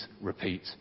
repeat